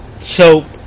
choked